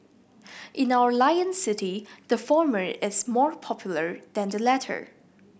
in our Lion City the former is more popular than the latter